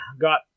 got